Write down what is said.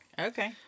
Okay